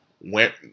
went